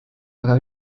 aga